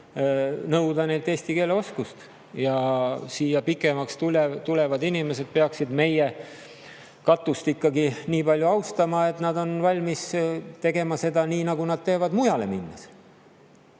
nõuda neilt eesti keele oskust. Ja siia pikemaks tulevad inimesed peaksid meie katust ikkagi nii palju austama, et nad on valmis tegema seda nii, nagu nad teevad mujale minnes.